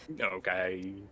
Okay